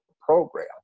program